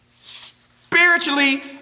Spiritually